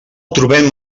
trobem